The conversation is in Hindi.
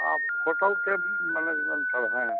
आप होटल के मालिक बोलते हैं